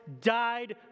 died